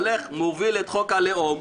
הולך, מוביל את חוק הלאום,